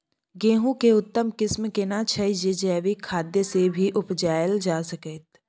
गेहूं के उत्तम किस्म केना छैय जे जैविक खाद से भी उपजायल जा सकते?